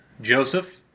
Joseph